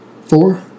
four